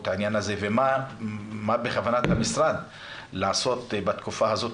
העניין הזה ומה בכוונת המשרד לעשות בתקופה הזאת,